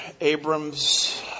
Abram's